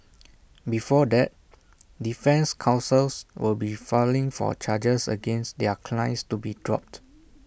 before that defence counsels will be filing for charges against their clients to be dropped